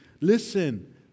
Listen